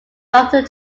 doctor